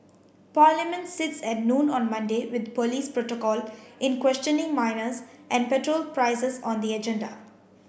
parliament sits at noon on Monday with police protocol in questioning minors and petrol prices on the agenda